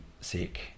sick